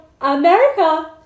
America